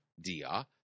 dia